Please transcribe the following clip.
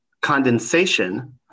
condensation